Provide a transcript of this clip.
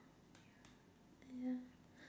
ya